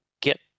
get